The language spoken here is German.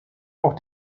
auch